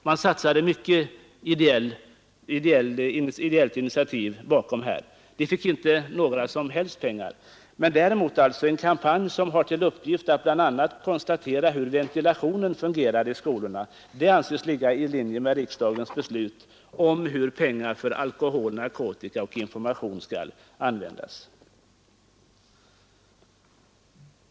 Det var ett ideellt initiativ bakom denna satsning, men några pengar fick man inte, däremot fick den kampanj som bl.a. har till uppgift att konstatera hur ventilationen fungerar i skolorna medel — det anses tydligen ligga i linje med riksdagens beslut om hur pengar för information om alkohol och narkotika skall användas.